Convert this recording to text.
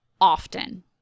often